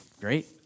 Great